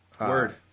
Word